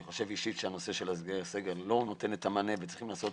אני אישית חושב שהסגר לא נותן את המענה וצריך לעשות